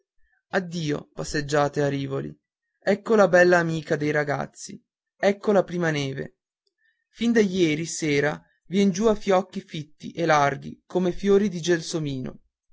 addio passeggiate a rivoli ecco la bella amica dei ragazzi ecco la prima neve fin da ieri sera vien giù a fiocchi fitti e larghi come fiori di gelsomino